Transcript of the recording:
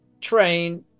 train